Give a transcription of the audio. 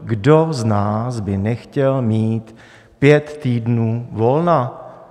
Kdo z nás by nechtěl mít pět týdnů volna?